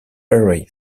very